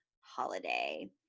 holiday